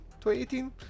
2018